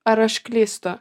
ar aš klystu